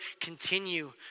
continue